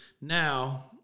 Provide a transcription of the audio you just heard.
now